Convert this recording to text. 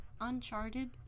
Uncharted